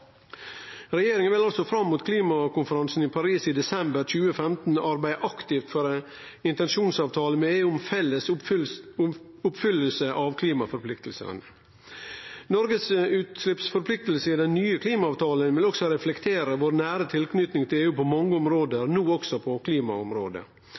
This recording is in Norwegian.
Regjeringa vil altså fram mot klimakonferansen i Paris i desember 2015 arbeide aktivt for ein intensjonsavtale med EU om felles oppfylling av klimaforpliktinga. Noregs utsleppsforplikting i den nye klimaavtalen vil også reflektere vår nære tilknyting til EU på mange